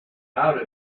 out